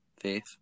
Faith